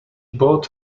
bought